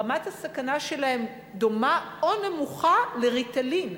רמת הסכנה שלהם נמוכה או דומה לזו של ריטלין.